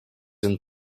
and